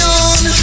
on